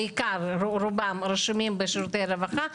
רובם רשומים בשירותי הרווחה,